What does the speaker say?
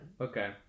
Okay